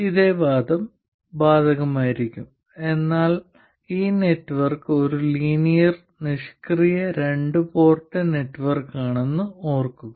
ഇതേ വാദം ബാധകമായിരിക്കും എന്നാൽ ഈ നെറ്റ്വർക്ക് ഒരു ലീനിയർ നിഷ്ക്രിയ രണ്ട് പോർട്ട് നെറ്റ്വർക്കാണെന്ന് ഓർക്കുക